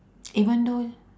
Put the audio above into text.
even though